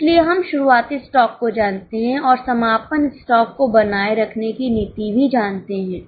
इसलिए हम शुरुआती स्टॉक को जानते हैं और समापन स्टॉक को बनाए रखने की नीति भी जानते हैं